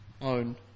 own